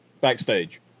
backstage